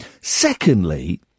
Secondly